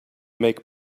make